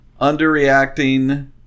underreacting